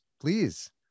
Please